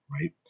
right